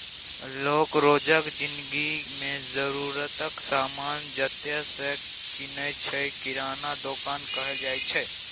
लोक रोजक जिनगी मे जरुरतक समान जतय सँ कीनय छै किराना दोकान कहल जाइ छै